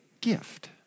gift